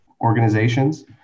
organizations